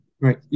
right